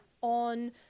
on